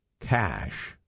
cash